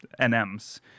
NMs